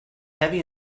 heavy